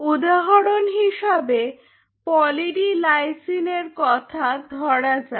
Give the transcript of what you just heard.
উদাহরন হিসাবে poly D lysine এর কথা ধরা যাক